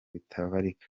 bitabarika